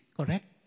correct